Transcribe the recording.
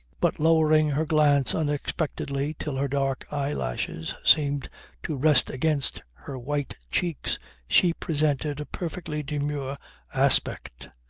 but lowering her glance unexpectedly till her dark eye-lashes seemed to rest against her white cheeks she presented a perfectly demure aspect.